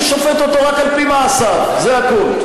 אני שופט אותו רק על-פי מעשיו, זה הכול.